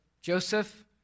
Joseph